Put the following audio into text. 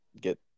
get